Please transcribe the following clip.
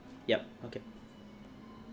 yup okay